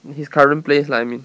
in his current place lah I mean